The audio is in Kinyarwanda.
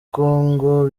congo